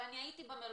הייתי במלוניות,